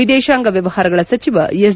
ವಿದೇತಾಂಗ ವ್ದವಹಾರಗಳ ಸಚಿವ ಎಸ್